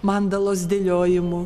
mandalos dėliojimų